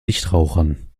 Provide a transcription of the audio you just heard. nichtrauchern